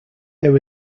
there